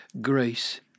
grace